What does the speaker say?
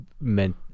meant